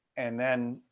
and then